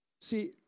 See